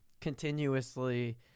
continuously